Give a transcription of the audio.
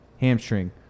hamstring